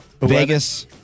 Vegas